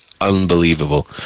unbelievable